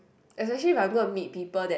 especially if I go and meet people that